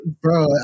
Bro